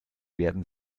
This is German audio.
werden